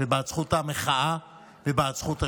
בעד זכות המחאה ובעד זכות השביתה.